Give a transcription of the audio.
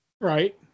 Right